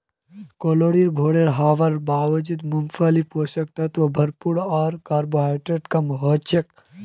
calorie भोरे हवार बावजूद मूंगफलीत पोषक तत्व भरपूर आर कार्बोहाइड्रेट कम हछेक